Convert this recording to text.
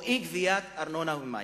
או אי-גביית ארנונה ומים.